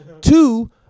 Two